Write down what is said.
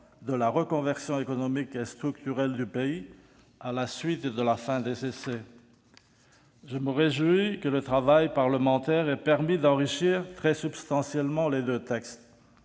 de la reconversion économique et structurelle du pays à la suite de la fin des essais. Je me réjouis que le travail parlementaire ait permis d'enrichir très substantiellement les deux textes.